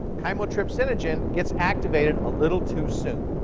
chymotrypsinogen gets activated a little too soon.